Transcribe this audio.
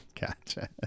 gotcha